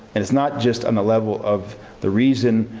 and it's not just on the level of the reason,